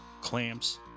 clamps